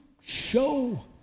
Show